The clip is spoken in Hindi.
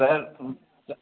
सर स